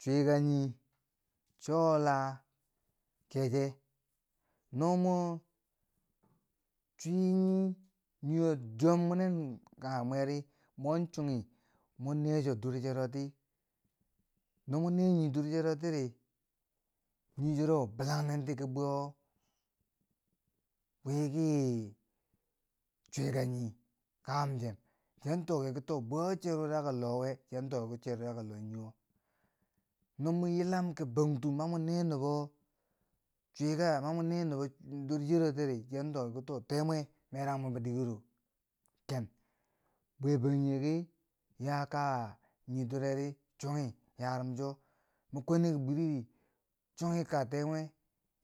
Cwika nii cho la keche, no mo cwi nii nii wo duyom munen kanghe mweri, mwan chunghi, mo ne cho dur cheroti, no mo ne nii dur cero tiri, nil churo blang nenti ki bwe wo wi ki chwika nik kabum cem chi an toki ki bwe wuro cheru daga Loh we? chi an toki ki ceru daga loh nii wo. No mo yilam ki bongtu ma mwa ne nubo chwika mani mwa ne nubo dur chiro tiri chi an toki ki temwe merang mwen bo dikero ken. Bwe Bangjinghe ki yaa kaa nii dureri chunghi yarum cho, mu kuni ki buri di chunghi kaa temwe